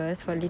mm